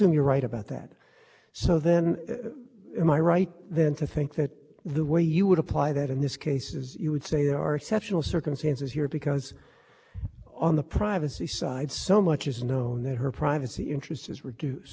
i right then to think that the way you would apply that in this case is you would say there are exceptional circumstances here because on the privacy side so much is known that her privacy interest is reduced right yes and then how do you